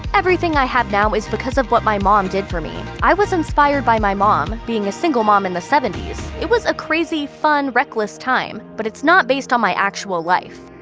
everything i have now is because of what my mom did for me i was inspired by my mom, being a single mom in the seventy s. it was a crazy, fun, reckless time. but it's not based on my actual life.